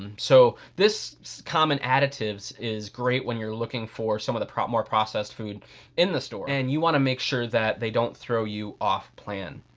and so, this common additives is great when you're looking for some of the more processed food in the store. and you wanna make sure that they don't throw you off plan.